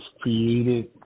created